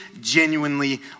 genuinely